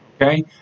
Okay